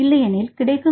இல்லையெனில் கிடைக்கும்